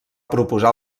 proposar